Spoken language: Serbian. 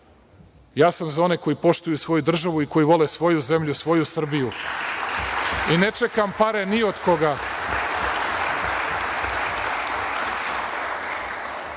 Ja sam za one koji poštuju svoju državu i koji vole svoju zemlju i svoju Srbiju i ne čekam pare ni od